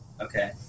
Okay